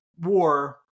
war